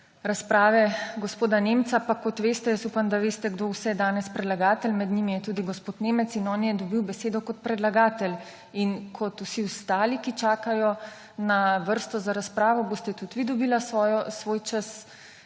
razprave gospoda Nemca, pa kot veste, jaz upam, da veste, kdo vse je danes predlagatelj, med njimi je tudi gospod Nemec in on je dobil besedo kot predlagatelj. Kot vsi ostali, ki čakajo na vrsto za razpravo, boste tudi vi dobili svoj čas